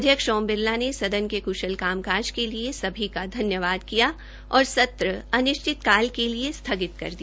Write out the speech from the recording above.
अध्यक्ष ओम बिरला ने सदन के कुशल कामकाज़ के लिए सभी धन्यवाद किया और सत्र अनिश्चितकाल के लिए स्थगित कर दिया